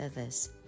others